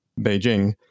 Beijing